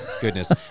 Goodness